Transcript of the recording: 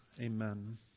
Amen